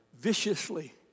viciously